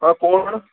आं कोण